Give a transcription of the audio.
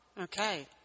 Okay